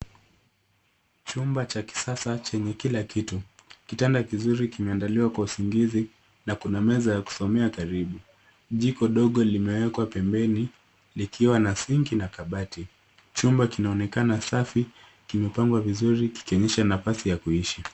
Chumba cha kisasa chenye kilakitu. Kitanda kizuri kimeandaliwa kwa usingizi na kuna meza ya kusomea karibu. Jiko dogo limewekwa pembeni likiwa na sinki na kabati. Chumba kinaonekana safi, kimepangwa vizuri kikionyesha nafasi ya kuishi.